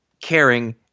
caring